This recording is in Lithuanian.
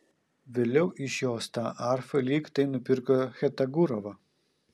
vėliau iš jos tą arfą lyg tai nupirko chetagurova